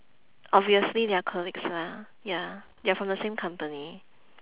obviously they are colleagues lah ya they're from the same company